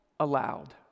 aloud